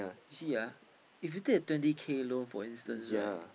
you see ah if you take a twenty K loan for instance right